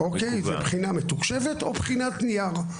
זאת בחינה מתוקשבת, או בחינת נייר.